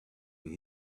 when